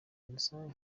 innocent